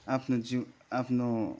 आफ्नो जिउ आफ्नो